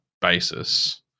basis